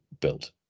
built